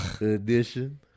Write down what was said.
edition